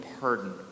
pardon